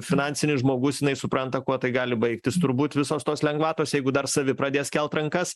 finansinis žmogus jinai supranta kuo tai gali baigtis turbūt visos tos lengvatos jeigu dar savi pradės kelt rankas